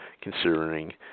considering